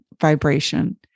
vibration